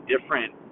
different